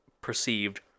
perceived